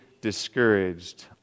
discouraged